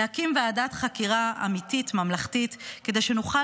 להקים ועדת חקירה אמיתית ממלכתית כדי שנוכל